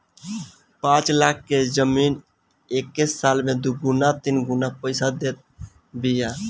पाँच लाख के जमीन एके साल में दुगुना तिगुना पईसा देत बिया